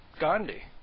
Gandhi